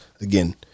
Again